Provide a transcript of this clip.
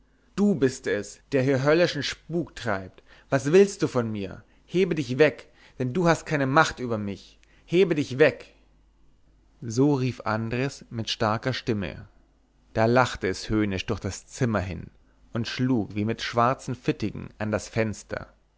du bist es der hier höllischen spuk treibt was willst du von mir hebe dich weg denn du hast keine macht über mich hebe dich weg so rief andres mit starker stimme da lachte es höhnisch durch das zimmer hin und schlug wie mit schwarzen fittigen an das fenster